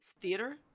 theater